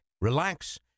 relax